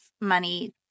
money